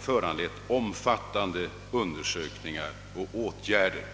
föranlett omfattande undersökningar och åtgärder,